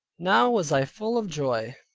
now was i full of joy,